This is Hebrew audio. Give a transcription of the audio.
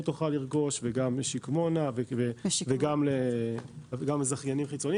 תוכל לרכוש וגם שיקמונה וגם זכיינים חיצוניים.